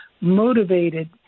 motivated